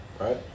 right